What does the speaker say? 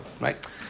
right